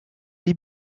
les